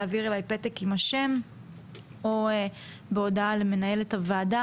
להעביר אליי פתק עם השם או הודעה למנהלת הוועדה.